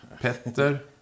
Petter